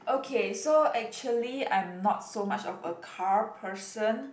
okay so actually I'm not so much of a car person